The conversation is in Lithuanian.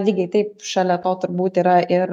lygiai taip šalia to turbūt yra ir